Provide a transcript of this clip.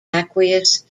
aqueous